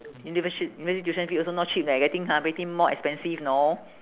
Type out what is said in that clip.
universi~ university tuition fee also no cheap leh getting ha getting more expensive know